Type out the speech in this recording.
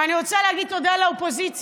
אני רוצה להגיד תודה לאופוזיציה.